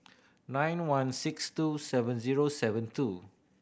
nine one six two seven zero seven two